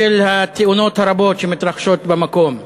בשל התאונות הרבות שמתרחשות במקום,